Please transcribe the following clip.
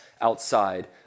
outside